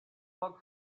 foc